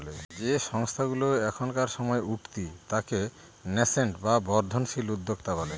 যে সংস্থাগুলা এখনকার সময় উঠতি তাকে ন্যাসেন্ট বা বর্ধনশীল উদ্যোক্তা বলে